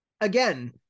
again